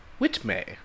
Whitmay